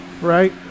right